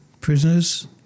prisoners